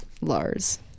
Lars